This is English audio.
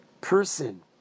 person